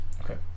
Okay